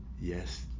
yes